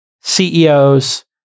CEOs